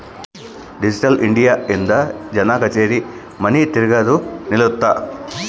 digital India ಇಂದ ಜನ ಕಛೇರಿ ಮನಿ ತಿರ್ಗದು ನಿಲ್ಲುತ್ತ